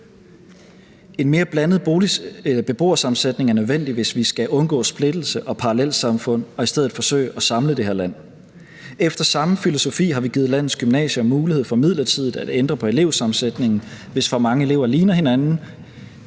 En mere blandet beboersammensætning er nødvendig, hvis vi skal undgå splittelse og parallelsamfund og i stedet forsøge at samle det her land. Efter samme filosofi har vi givet landets gymnasier mulighed for midlertidigt at ændre på elevsammensætningen, hvis for mange elever ligner hinanden,